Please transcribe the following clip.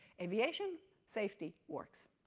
aviation safety works.